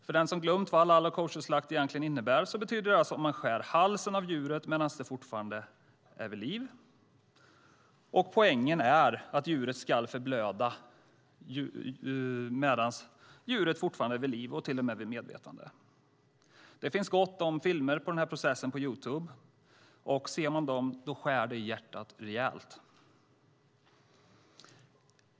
För den som har glömt vad halal och koscherslakt egentligen innebär betyder det alltså att man skär halsen av djuret medan det fortfarande är vid liv. Poängen är att djuret ska förblöda medan det fortfarande är vid liv och till och med vid medvetande. Det finns gott om filmer på Youtube som visar denna process. Om man ser dem skär det rejält i hjärtat.